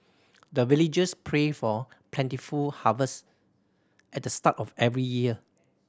the villagers pray for plentiful harvest at the start of every year